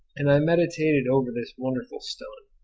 and i meditated over this wonderful stone.